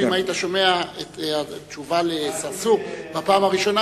אם היית שומע את התשובה לצרצור בפעם הראשונה,